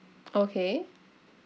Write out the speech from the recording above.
okay